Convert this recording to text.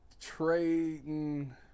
Trading